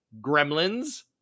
Gremlins